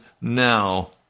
now